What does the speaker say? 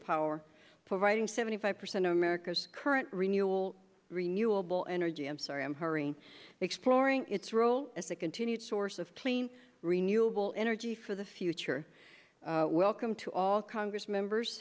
power providing seventy five percent of america's current renewable renewable energy i'm sorry i'm hurrying exploring its role as the continued source of clean renewable energy for the future welcome to all congress members